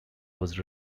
was